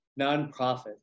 nonprofit